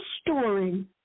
story